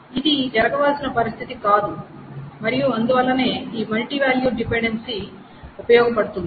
ఇది కావాల్సిన పరిస్థితి కాదు మరియు అందువల్లనే ఈ మల్టీ వాల్యూడ్ డిపెండెన్సీ ఉపయోగపడుతుంది